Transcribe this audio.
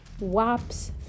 WAPs